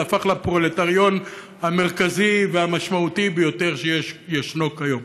זה הפך לפרולטריון המרכזי והמשמעותי ביותר שישנו כיום.